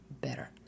better